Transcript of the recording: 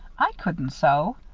i couldn't sew,